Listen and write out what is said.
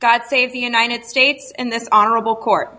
god save the united states and this honorable court